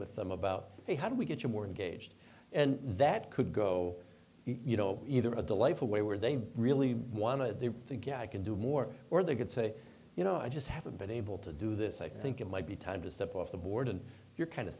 with them about how do we get you more engaged and that could go you know either a delightful way where they really want to get i can do more or they could say you know i just haven't been able to do this i think it might be time to step off the board and you're kind of